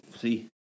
see